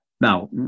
Now